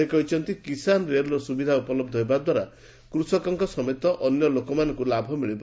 ସେ କହିଛନ୍ତି କିଷାନ ରେଲ୍ର ସୁବିଧା ଉପଲହ୍ଧ ହେବାଦ୍ୱାରା କୂଷକଙ୍କ ସମେତ ଅନ୍ୟ ଲୋକମାନଙ୍କୁ ଲାଭ ମିଳିବ